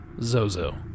Zozo